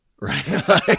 right